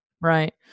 Right